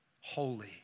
Holy